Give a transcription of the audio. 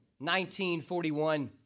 1941